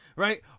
Right